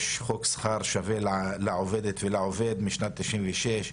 יש חוק שכר שווה לעובדת ולעובד משנת 96',